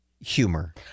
humor